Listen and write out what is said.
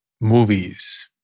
movies